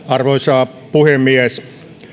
arvoisa puhemies